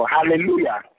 Hallelujah